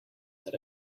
that